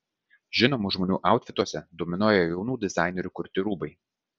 žinomų žmonių autfituose dominuoja jaunų dizainerių kurti rūbai